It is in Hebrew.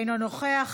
אינו נוכח,